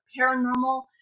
paranormal